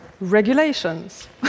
regulations